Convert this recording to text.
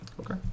Okay